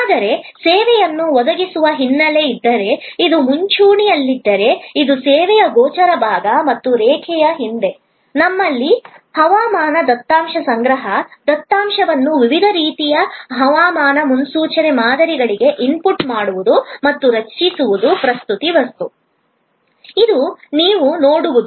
ಆದರೆ ಈ ಸೇವೆಯನ್ನು ಒದಗಿಸುವ ಹಿನ್ನೆಲೆ ಇದ್ದರೆ ಇದು ಮುಂಚೂಣಿಯಲ್ಲಿದ್ದರೆ ಇದು ಸೇವೆಯ ಗೋಚರ ಭಾಗ ಮತ್ತು ರೇಖೆಯ ಹಿಂದೆ ನಮ್ಮಲ್ಲಿ ಹವಾಮಾನ ದತ್ತಾಂಶ ಸಂಗ್ರಹ ದತ್ತಾಂಶವನ್ನು ವಿವಿಧ ರೀತಿಯ ಹವಾಮಾನ ಮುನ್ಸೂಚನೆ ಮಾದರಿಗಳಿಗೆ ಇನ್ಪುಟ್ ಮಾಡುವುದು ಮತ್ತು ರಚಿಸುವುದು ಪ್ರಸ್ತುತಿ ವಸ್ತು ಇದು ನೀವು ನೋಡುವುದು